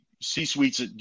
C-suites